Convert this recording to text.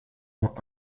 moins